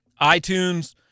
iTunes